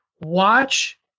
watch